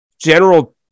general